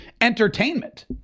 entertainment